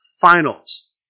finals